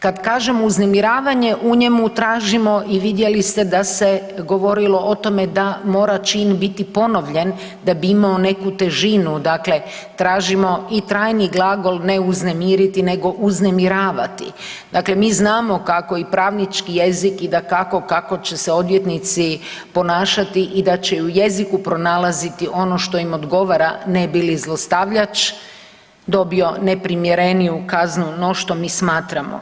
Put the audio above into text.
Kad kažem uznemiravanje, u njemu tražimo i vidjeli ste da se govorilo o tome da mora čin biti ponovljen da bi imao neku težinu, dakle, tražimo i trajni glagol ne uznemiriti nego uznemiravati, dakle mi znamo kako i pravnički jezik i dakako, kako će se odvjetnici ponašati i da će u jeziku pronalaziti ono što im odgovara ne bi li zlostavljač dobio neprimjereniju kaznu no što mi smatramo.